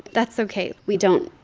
that's ok. we don't,